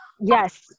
yes